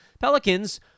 Pelicans